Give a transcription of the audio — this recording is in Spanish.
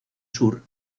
sur